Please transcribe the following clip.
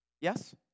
Yes